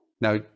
now